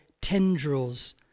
tendrils